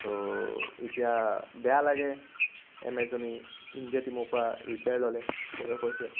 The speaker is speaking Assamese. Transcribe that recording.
চ' এতিয়া বেয়া লাগে এম এছ ধনী ইণ্ডিয়া টীমৰ পৰা ৰিটায়াৰ ল'লে বয়স হৈছে